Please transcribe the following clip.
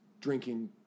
drinking